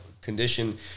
condition